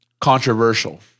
controversial